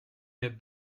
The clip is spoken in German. der